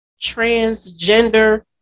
transgender